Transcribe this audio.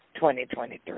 2023